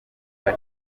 biri